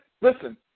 Listen